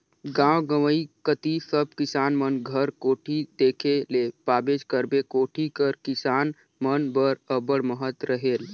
गाव गंवई कती सब किसान मन घर कोठी देखे ले पाबेच करबे, कोठी कर किसान मन बर अब्बड़ महत रहेल